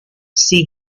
sea